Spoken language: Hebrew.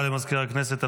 תודה רבה למזכיר הכנסת.